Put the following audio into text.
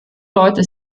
leute